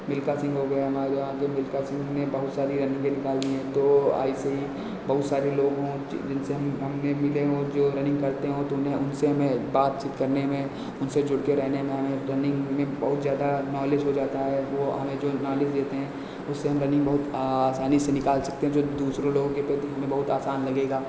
मिल्खा सिंह हो गया हमारे यहाँ पर मिल्खा सिंह ने बहुत सारी रनिंगे निकाली हैं तो ऐसे ही बहुत सारे लोगों जिनसे हम हमने मिले हो जो रनिंग करते हो तो उन्हें उनसे हमें बातचीत करने में उनसे जुड़ कर रहने में हमें रनिंग में बहुत जादा नालेज हो जाता है वह हमें जो नालेज देते हैं उससे हम रनिंग बहुत आसानी से निकाल सकते हैं जो दूसरे लोगों के प्रति हमें बहुत आसान लगेगा